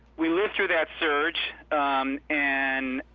we lived through that surge and,